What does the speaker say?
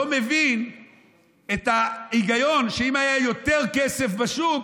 לא מבין את ההיגיון שאם היה יותר כסף בשוק,